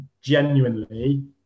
genuinely